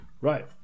Right